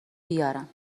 بیارم